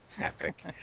epic